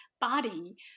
body